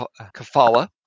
Kafala